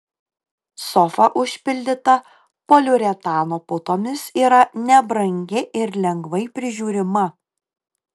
sofa užpildyta poliuretano putomis yra nebrangi ir lengvai prižiūrima